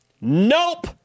Nope